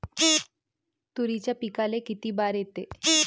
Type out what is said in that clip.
तुरीच्या पिकाले किती बार येते?